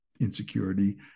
insecurity